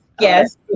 yes